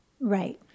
Right